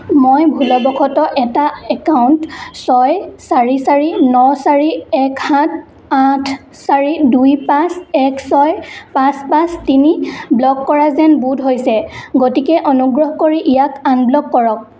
মই ভুলবশতঃ এটা একাউণ্ট ছয় চাৰি চাৰি ন চাৰি এক সাত আঠ চাৰি দুই পাঁচ এক ছয় পাঁচ পাঁচ তিনি ব্লক কৰা যেন বোধ হৈছে গতিকে অনুগ্ৰহ কৰি ইয়াক আনব্লক কৰক